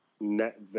net